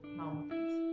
mountains